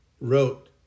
wrote